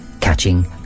Catching